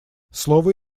слово